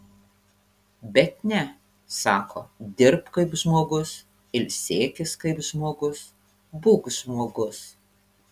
bet ne sako dirbk kaip žmogus ilsėkis kaip žmogus būk žmogus